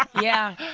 yeah.